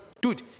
dude